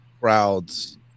crowds